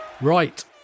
Right